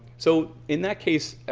so in that case,